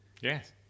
Yes